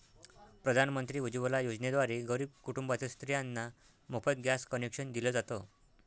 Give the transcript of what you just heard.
प्रधानमंत्री उज्वला योजनेद्वारे गरीब कुटुंबातील स्त्रियांना मोफत गॅस कनेक्शन दिल जात